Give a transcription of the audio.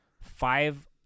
five